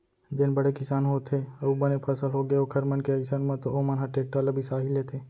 जेन बड़े किसान होथे अउ बने फसल होगे ओखर मन के अइसन म तो ओमन ह टेक्टर ल बिसा ही लेथे